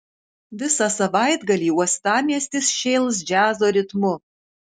visą savaitgalį uostamiestis šėls džiazo ritmu